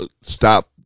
stop